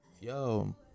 Yo